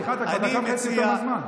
סליחה, אתה כבר דקה וחצי יותר מהזמן.